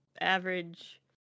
average